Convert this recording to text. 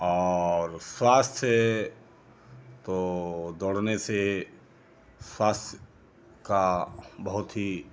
और स्वास्थ्य तो दौड़ने से स्वास्थ्य का बहुत ही